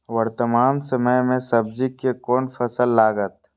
वर्तमान समय में सब्जी के कोन फसल लागत?